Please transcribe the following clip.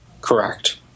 Correct